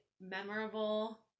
memorable